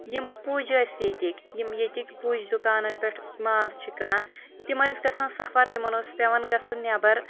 تم پُج ٲسۍ ییٚتیکۍ یم ییٚتیکۍ پُج دُکانن پٮ۪ٹھ ماز چھِ کٕنان تم ٲسۍ گژھان سفر تمن اوس پٮ۪وان گژھُن نٮ۪بر